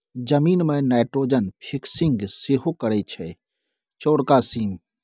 जमीन मे nitrogen fixing सेहो करय छै चौरका सीम